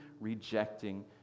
rejecting